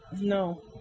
No